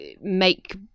make